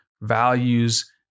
values